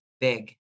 big